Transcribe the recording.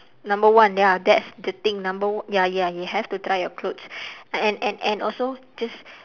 number one ya that's the thing number ya ya you have to try your clothes and and and also just